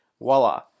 voila